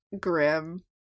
grim